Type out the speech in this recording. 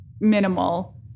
minimal